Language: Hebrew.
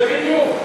זה בדיוק.